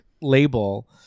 label